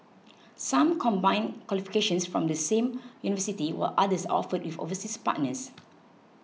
some combine qualifications from the same university while others are offered with overseas partners